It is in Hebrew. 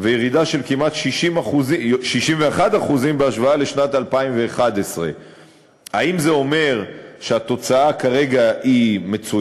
וירידה של כמעט 61% בהשוואה לשנת 2011. האם זה אומר שהתוצאה היא כרגע מצוינת?